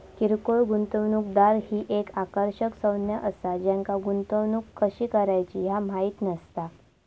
किरकोळ गुंतवणूकदार ही एक आकर्षक संज्ञा असा ज्यांका गुंतवणूक कशी करायची ह्या माहित नसता